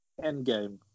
Endgame